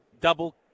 double